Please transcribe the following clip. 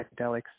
psychedelics